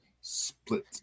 split